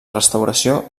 restauració